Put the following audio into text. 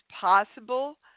possible